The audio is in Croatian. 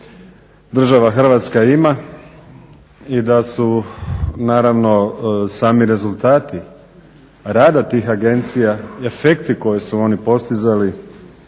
država Hrvatska ima i da su naravno sami rezultati rada tih agencija i efekti koje su oni postizali